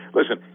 listen